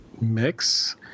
mix